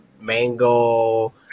mango